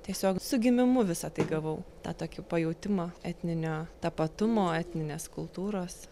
tiesiog su gimimu visa tai gavau tą tokį pajautimą etninio tapatumo etninės kultūros